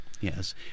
Yes